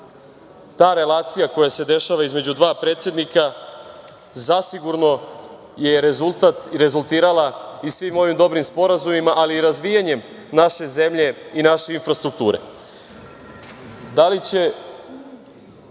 ta relacija koja se dešava između dva predsednika zasigurno je rezultat i rezultirala i svim ovim dobrim sporazumima, ali i razvijanjem naše zemlje i naše infrastrukture. Da li će